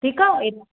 ठीकु आहे